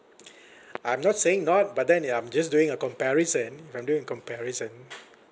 I'm not saying not but then ya I'm just doing a comparison I'm doing a comparison